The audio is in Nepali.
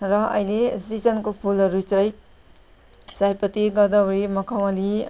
र अहिले सिजनको फुलहरू चाहिँ सयपत्री गोदावरी मखमली